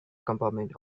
compartment